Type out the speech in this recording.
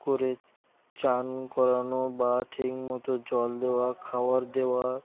করে স্নান করানো বা ঠিক মতো জল দেওয়া খাওয়ার দেওয়া